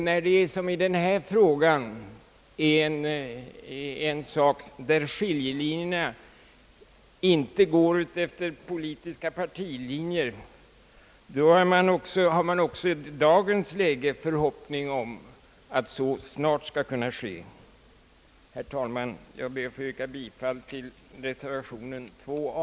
När som i denna fråga skiljelinjen inte går utefter politiska partilinjer, har man också i dagens läge förhoppning om att så snart skall bli fallet. Herr talman! Jag ber att få yrka bifall till reservationen a.